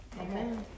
Amen